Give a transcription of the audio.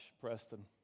Preston